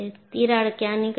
તિરાડ ક્યાં નીકળે છે